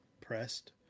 pressed